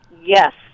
Yes